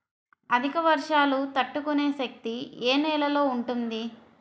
అధిక వర్షాలు తట్టుకునే శక్తి ఏ నేలలో ఉంటుంది?